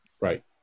Right